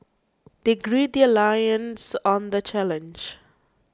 they gird their loins on the challenge